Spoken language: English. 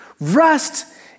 Rest